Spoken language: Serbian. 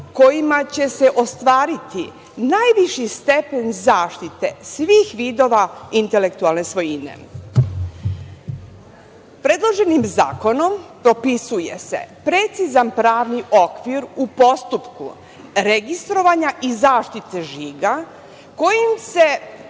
kojima će se ostvariti najviši stepen zaštite svih vidova intelektualne svojine. Predloženim zakonom propisuje se precizan pravni okvir u postupku registrovanja i zaštite žiga kojim se